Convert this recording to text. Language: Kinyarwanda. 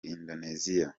indonesia